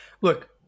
Look